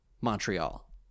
Montreal